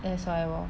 that's why lor